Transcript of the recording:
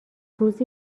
روزی